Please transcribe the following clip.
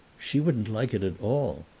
she wouldn't like it at all.